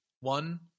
one